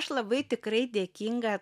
aš labai tikrai dėkinga